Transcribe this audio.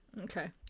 Okay